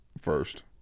first